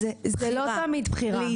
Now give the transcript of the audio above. זה לא תמיד בחירה, הרבה פעמים זה כורח כלכלי.